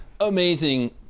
amazing –